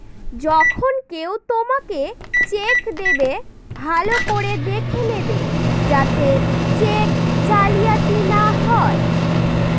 যখন কেউ তোমাকে চেক দেবে, ভালো করে দেখে নেবে যাতে চেক জালিয়াতি না হয়